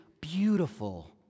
beautiful